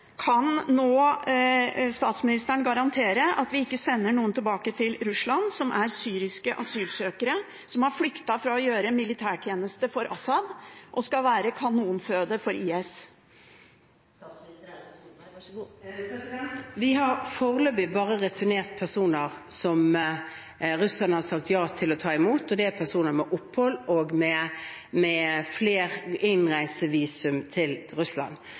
statsministeren garantere at vi ikke sender noen tilbake til Russland som er syriske asylsøkere, som har flyktet fra å gjøre militærtjeneste for Assad, og som skal være kanonføde for IS? Vi har foreløpig bare returnert personer som Russland har sagt ja til å ta imot, og det er personer med opphold i og innreisevisum til Russland. Så er vi i samtaler med Russland